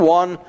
one